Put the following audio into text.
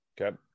okay